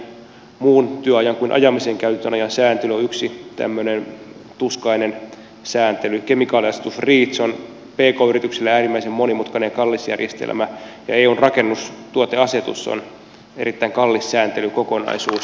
itsenäisten kuljetusyrittäjien muun työajan kuin ajamiseen käytetyn ajan sääntely on yksi tämmöinen tuskainen sääntely kemikaaliasetus reach on pk yrityksille äärimmäisen monimutkainen ja kallis järjestelmä ja eun rakennustuoteasetus on erittäin kallis sääntelykokonaisuus